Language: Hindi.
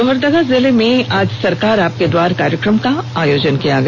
लोहरदगा जिले में आज सरकार आपके द्वार कार्यक्रम का आयोजन किया गया